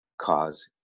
cause